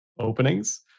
openings